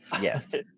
Yes